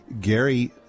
Gary